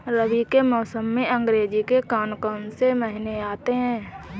रबी के मौसम में अंग्रेज़ी के कौन कौनसे महीने आते हैं?